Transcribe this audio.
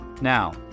Now